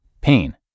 pain